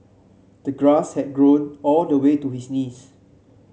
the grass had grown all the way to his knees